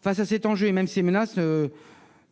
Face à cet enjeu et- je dirais même -à ces menaces,